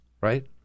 right